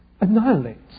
annihilates